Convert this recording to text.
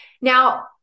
Now